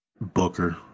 Booker